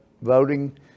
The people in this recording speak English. voting